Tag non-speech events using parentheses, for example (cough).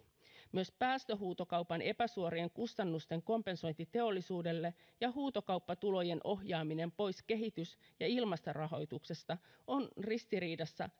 myös päästöhuutokaupan epäsuorien kustannusten kompensointi teollisuudelle ja huutokauppatulojen ohjaaminen pois kehitys ja ilmastorahoituksesta on ristiriidassa (unintelligible)